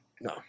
No